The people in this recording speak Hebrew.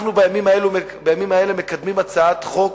בימים האלה אנחנו מקדמים הצעת חוק,